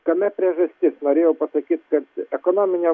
kame priežastis norėjau pasakyt kad ekonominiam